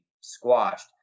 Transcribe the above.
squashed